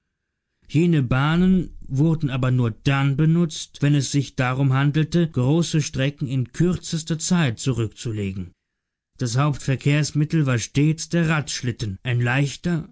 jene bahnen wurden aber nur dann benutzt wenn es sich darum handelte große strecken in kürzester zeit zurückzulegen das hauptverkehrsmittel war stets der radschlitten ein leichter